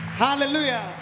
Hallelujah